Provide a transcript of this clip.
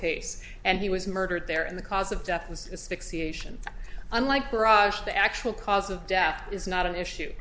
case and he was murdered there and the cause of death was unlike raj the actual cause of death is not an issue